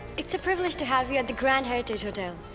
it's a privilege to have you at the grand heritage hotel.